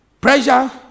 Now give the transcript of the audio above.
Pressure